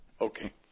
Okay